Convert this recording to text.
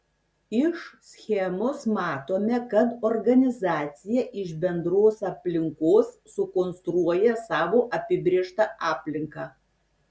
iš schemos matome kad organizacija iš bendros aplinkos sukonstruoja savo apibrėžtą aplinką